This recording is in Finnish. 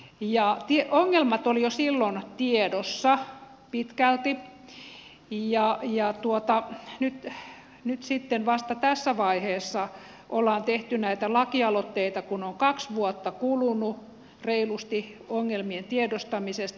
ongelmat olivat pitkälti jo silloin tiedossa ja nyt sitten vasta tässä vaiheessa on tehty näitä lakialoitteita kun on reilusti kaksi vuotta kulunut ongelmien tiedostamisesta